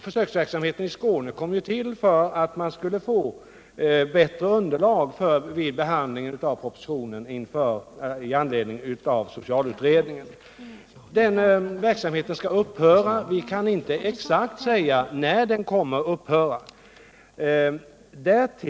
Försöksverksamheten i Skåne tillkom för att man skulle få bättre underlag vid behandlingen av propositionen i anledning av socialutredningen. Den verksamheten skall upphöra, men vi kan inte exakt säga när den kommer att göra det.